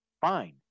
fine